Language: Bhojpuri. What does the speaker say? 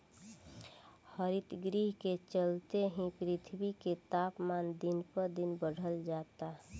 हरितगृह के चलते ही पृथ्वी के तापमान दिन पर दिन बढ़ल जाता